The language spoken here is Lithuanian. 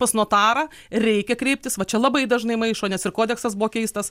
pas notarą reikia kreiptis va čia labai dažnai maišo nes ir kodeksas buvo keistas